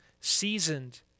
seasoned